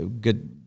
good